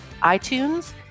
iTunes